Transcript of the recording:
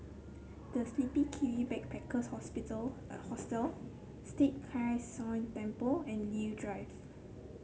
the Sleepy Kiwi Backpackers Hospital Hostel Tai Kak Seah Temple and Leo Drive